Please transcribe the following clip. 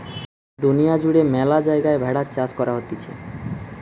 দুনিয়া জুড়ে ম্যালা জায়গায় ভেড়ার চাষ করা হতিছে